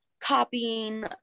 copying